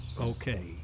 Okay